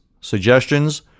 suggestions